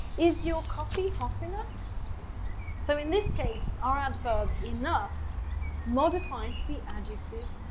is your coffee hot enough so in this case, our adverb enough modifies the adjective,